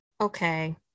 okay